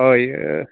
हय